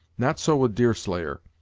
not so with deerslayer.